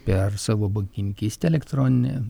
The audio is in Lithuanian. per savo bankininkystę elektroninę